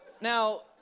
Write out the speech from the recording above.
Now